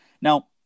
Now